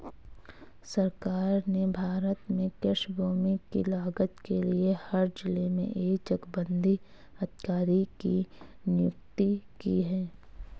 सरकार ने भारत में कृषि भूमि की लागत के लिए हर जिले में एक चकबंदी अधिकारी की नियुक्ति की है